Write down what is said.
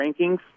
rankings